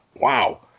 wow